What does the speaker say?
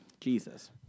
Jesus